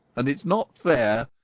and it's not fair.